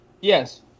Yes